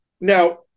Now